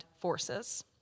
forces